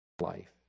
life